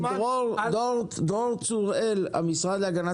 דרור צוראל מן המשרד להגנת